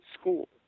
school